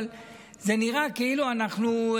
אבל נראה כאילו אנחנו,